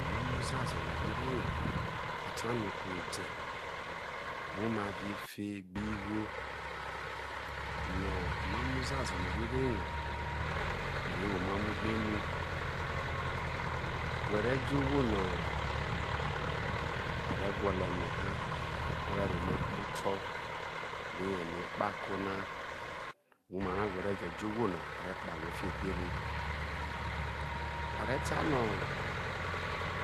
Omamo uzaazo nowhere yoi ata no ode o woma viefe gbigho yo omamo vevazo no whe re you where wo omamo nwemo where jo ohoo no ore gwolo eme whe omara whe ve̠ je̠ jo̠ ohwo no o̠re̠ kpọ ahoofibo edhere a re̠ ta no̠